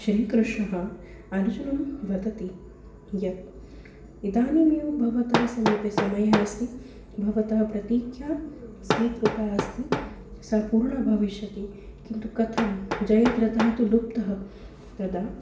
श्रीकृष्णः अर्जुनं वदति यत् इदानीमेव भवतः समीपे समयः अस्ति भवतः प्रतीक्षा स्वीकृता अस्ति सा पूर्णा भविष्यति किन्तु कथं जयद्रथः तु लुप्तः तदा